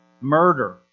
murder